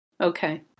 Okay